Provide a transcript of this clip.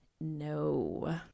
no